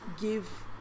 give